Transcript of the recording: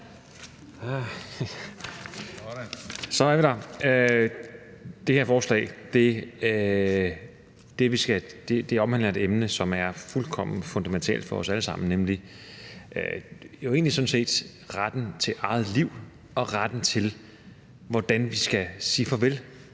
formand. Det her forslag omhandler et emne, som er fuldkommen fundamentalt for os alle sammen, nemlig jo egentlig sådan set retten til eget liv og retten til, hvordan vi skal sige farvel